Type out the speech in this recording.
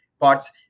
parts